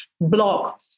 block